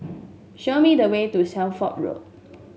show me the way to Shelford Road